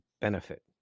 benefit